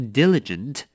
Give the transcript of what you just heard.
diligent